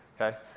okay